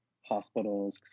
hospitals